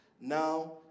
Now